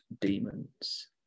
demons